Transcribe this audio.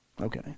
Okay